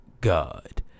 God